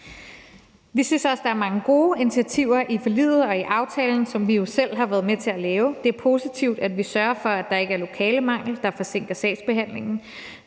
Vi synes også, der er mange gode initiativer i forliget og i aftalen, som vi jo selv har været med til at lave. Det er positivt, at vi sørger for, at der ikke er lokalemangel, der forsinker sagsbehandlingen.